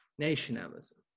Nationalism